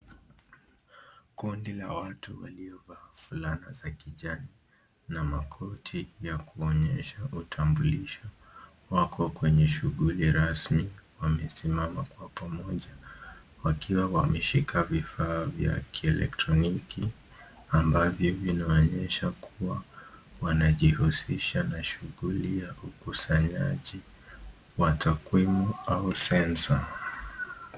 Kundi la watu waliovaa fulana za kijani na makoti ya kuonyesha utambulisho wako kwenye shughuli rasmi wamesimama kwa pamoja wakiwa wameshika vifaa vya kielektroniki wakionyesha kuwa wanajihusisha na shughuli ya ukusanyaji wa takwimu au sensa.